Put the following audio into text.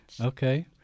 okay